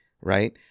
right